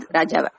raja